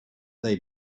they